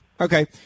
Okay